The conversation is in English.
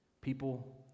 people